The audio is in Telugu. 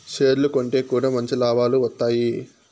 షేర్లు కొంటె కూడా మంచి లాభాలు వత్తాయి